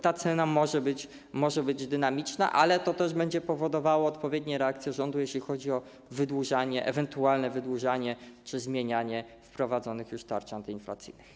Ta cena może być dynamiczna, ale to też będzie powodowało odpowiednie reakcje rządu, jeśli chodzi o wydłużanie, ewentualne wydłużanie czy zmienianie wprowadzonych już tarcz antyinflacyjnych.